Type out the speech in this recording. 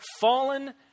fallen